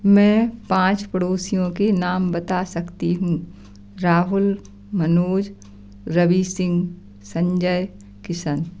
मैं पाँच पड़ोसियों के नाम बता सकती हूँ राहुल मनोज रवि सिंह संजय किशन